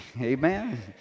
amen